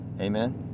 Amen